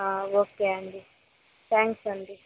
okay అండీ thanks అండీ